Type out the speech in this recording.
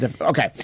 Okay